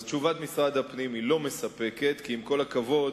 אז תשובת משרד הפנים אינה מספקת, כי, עם כל הכבוד,